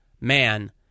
man